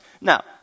Now